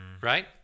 right